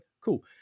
cool